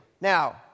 Now